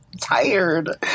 tired